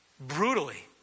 brutally